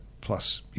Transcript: Plus